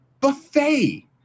buffet